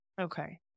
Okay